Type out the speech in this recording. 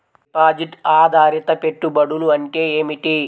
Deposit ఆధారిత పెట్టుబడులు అంటే ఏమిటి?